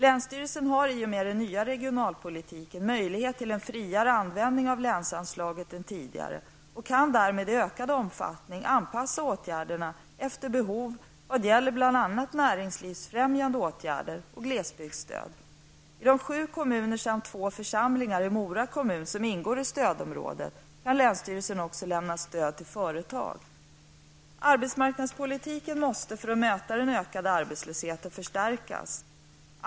Länsstyrelsen har i och med den nya regionalpolitiken möjlighet till en friare användning av länsanslaget än tidigare, och länsstyrelsen kan därmed i ökad omfattning anpassa åtgärderna efter behov vad gäller bl.a. de sju kommuner samt två församlingar i Mora kommun som ingår i stödområdet kan länsstyrelsen också lämna stöd till företag. Arbetsmarknadspolitiken måste för att möta den ökande arbetslösheten förstärkas.